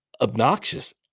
obnoxious